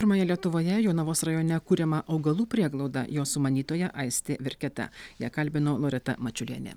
pirmąją lietuvoje jonavos rajone kuriamą augalų prieglaudą jos sumanytoja aistė virketa ją kalbino loreta mačiulienė